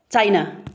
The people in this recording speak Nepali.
चाइना